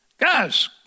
guys